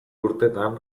urtetan